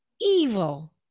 evil